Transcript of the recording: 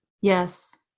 Yes